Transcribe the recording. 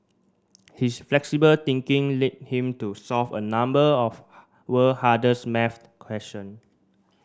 his flexible thinking led him to solve a number of world hardest maths question